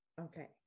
Okay